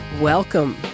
welcome